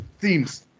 themes